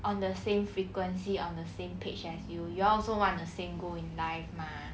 on the same frequency on the same page as you you all also want the same goal in life mah